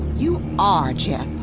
you are, geoff.